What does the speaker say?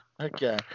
Okay